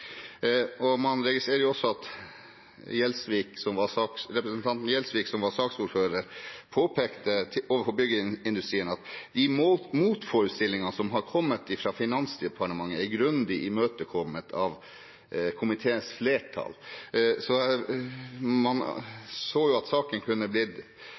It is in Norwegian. Man registrerer også at representanten Gjelsvik, som var saksordfører, påpekte overfor Byggeindustrien at de motforestillingene som hadde kommet fra Finansdepartementet, var grundig imøtegått av komiteens flertall. Man så at saken kunne blitt